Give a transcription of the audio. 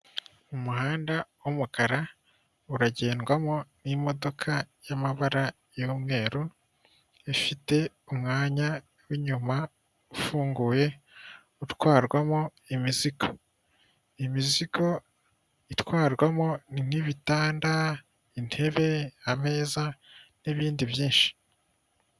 Umuhanda w'umukara uragendwamo n'imodoka y'amabara y'umweru, ifite umwanya w'inyuma ufunguye utwarwamo imizigo. Imizigo itwarwamo ni ibitanda, intebe, ameza n'ibindi byinshi.